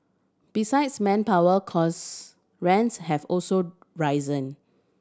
besides manpower costs rents have also risen